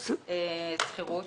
אפס שכירות,